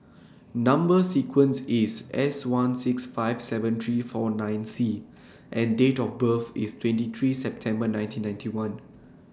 Number sequence IS S one six five seven three four nine C and Date of birth IS twenty three September nineteen ninety one